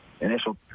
initial